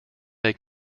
may